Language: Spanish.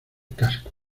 casco